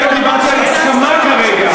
אני לא דיברתי על הסכמה כרגע,